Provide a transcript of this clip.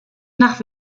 nach